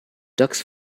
ducks